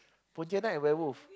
pontianak and werewolf